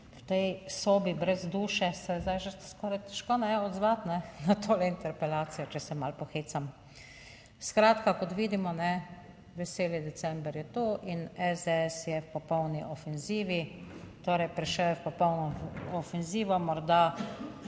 v tej sobi brez duše se je zdaj že skoraj težko odzvati, kajne, na to interpelacijo, če se malo pohecam. Skratka, kot vidimo, kajne, veseli december je tu in SDS je v popolni ofenzivi, torej prišel je v popolno ofenzivo, morda